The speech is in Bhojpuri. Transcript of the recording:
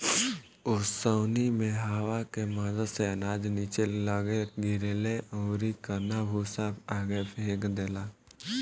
ओसौनी मे हवा के मदद से अनाज निचे लग्गे गिरेला अउरी कन्ना भूसा आगे फेंक देला